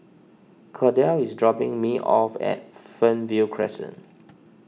Kordell is dropping me off at Fernvale Crescent